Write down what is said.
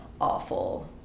awful